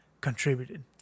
contributed